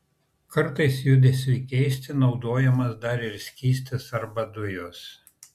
kartais judesiui keisti naudojamas dar ir skystis arba dujos